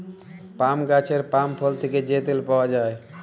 পাম গাহাচের পাম ফল থ্যাকে যে তেল পাউয়া যায়